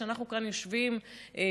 שבהן אנחנו כאן יושבים בכנסת,